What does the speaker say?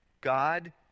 God